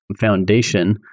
Foundation